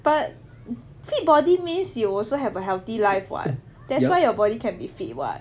but fit body means you also have a healthy life [what] that's why your body can be fit [what]